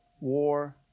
war